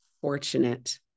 fortunate